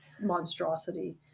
monstrosity